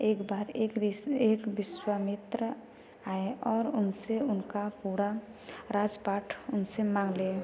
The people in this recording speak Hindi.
एक बार एक एक विश्वामित्र आए और उनसे उनका पूरा राजपाट उनसे मांग लिया